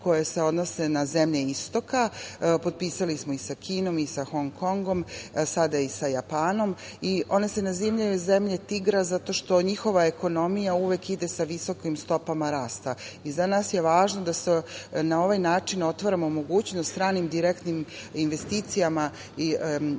koje se odnose na zemlje istoka. Potpisali smo i sa Kinom i sa Hong Kongom, sada i sa Japanom i one se nazivaju zemlje „tigra“ zato što njihova ekonomija uvek ide sa visokim stopama rasta i za nas je važno da se na ovaj način otvara mogućnost stranim direktnim investicijama iz ovog